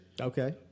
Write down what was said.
Okay